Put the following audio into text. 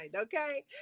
okay